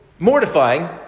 Mortifying